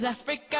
Africa